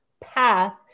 path